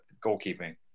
goalkeeping